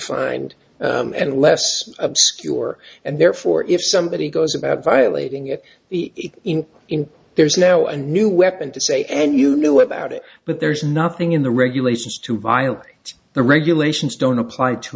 find and less obscure and therefore if somebody goes about violating it in in there is now a new weapon to say and you knew about it but there's nothing in the regulations to violate the regulations don't apply to